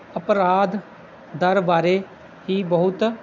ਅਪਰਾਧ ਦਰ ਬਾਰੇ ਹੀ ਬਹੁਤ